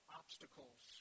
obstacles